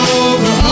over